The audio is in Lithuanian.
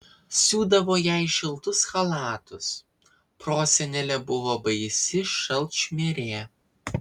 siūdavo jai šiltus chalatus prosenelė buvo baisi šalčmirė